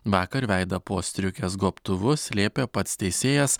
vakar veidą po striukės gobtuvu slėpė pats teisėjas